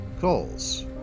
Calls